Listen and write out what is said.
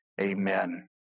amen